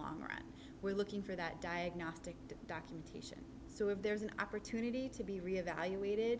long run we're looking for that diagnostic documentation so if there's an opportunity to be reevaluated